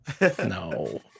no